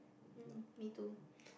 mm me too